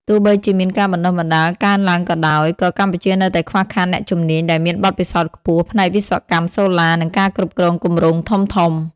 ទោះបីជាមានការបណ្តុះបណ្តាលកើនឡើងក៏ដោយ ក៏កម្ពុជានៅតែខ្វះខាតអ្នកជំនាញដែលមានបទពិសោធន៍ខ្ពស់ ផ្នែកវិស្វកម្មសូឡា និងការគ្រប់គ្រងគម្រោងធំៗ។